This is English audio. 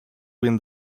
win